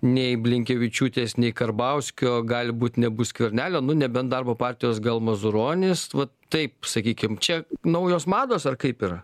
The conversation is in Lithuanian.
nei blinkevičiūtės nei karbauskio gali būt nebus skvernelio nu nebent darbo partijos gal mazuronis vat taip sakykim čia naujos mados ar kaip yra